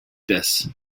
this